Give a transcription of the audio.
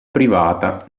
privata